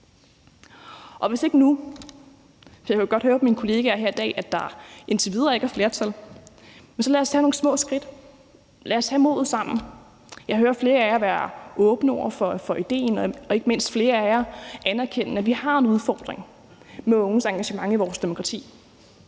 og hvis ikke nu – jeg kan jo godt høre på mine kollegaer her i dag, at der indtil videre ikke er flertal – så lad os tage nogle små skridt. Lad os have modet sammen. Jeg hører flere af jer være åbne over for idéen og ikke mindst flere af jer anerkende, at vi har en udfordring med unges engagement i vores demokrati.